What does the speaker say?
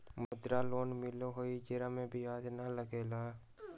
मुद्रा लोन मिलहई जे में ब्याज न लगहई?